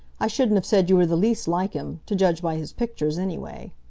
i shouldn't have said you were the least like him to judge by his pictures, anyway.